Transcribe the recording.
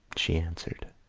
she answered.